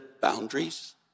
boundaries